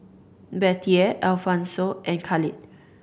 Bettye Alphonso and Khalid